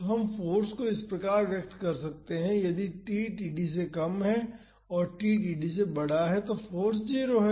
तो हम फाॅर्स को इस प्रकार व्यक्त कर सकते हैं यदि t td से कम है और t td से बड़ा है तो फाॅर्स 0 है